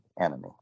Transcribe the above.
enemy